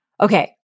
Okay